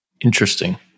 Interesting